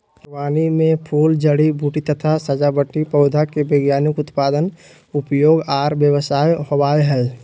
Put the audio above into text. बागवानी मे फूल, जड़ी बूटी तथा सजावटी पौधा के वैज्ञानिक उत्पादन, उपयोग आर व्यवसाय होवई हई